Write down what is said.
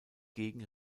gegen